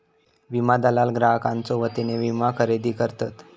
विमा दलाल ग्राहकांच्यो वतीने विमा खरेदी करतत